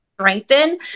strengthen